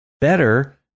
better